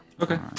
Okay